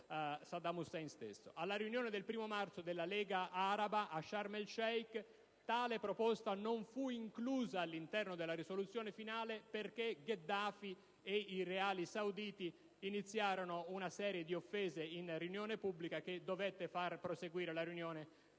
Saddam Hussein stesso. Alla riunione del 1° marzo della Lega araba a Sharm el Sheik tale proposta non fu inclusa all'interno della risoluzione finale perché Gheddafi e i reali sauditi iniziarono una serie di offese in riunione pubblica, che fecero proseguire la riunione in